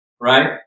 right